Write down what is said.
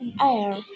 air